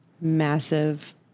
Massive